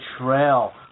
trail